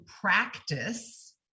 practice